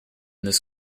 this